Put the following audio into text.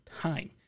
time